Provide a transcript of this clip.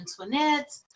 Antoinette